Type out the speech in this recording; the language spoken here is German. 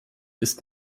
ist